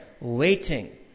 waiting